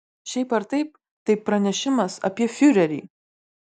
šiaip ar taip tai pranešimas apie fiurerį